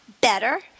better